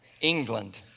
England